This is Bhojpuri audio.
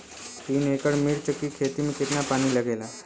तीन एकड़ मिर्च की खेती में कितना पानी लागेला?